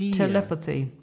telepathy